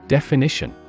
Definition